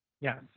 Yes